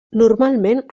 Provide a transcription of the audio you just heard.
normalment